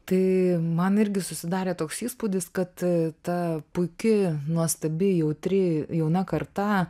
tai man irgi susidarė toks įspūdis kad ta puiki nuostabi jautri jauna karta